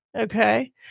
okay